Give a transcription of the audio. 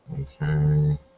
Okay